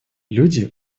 люди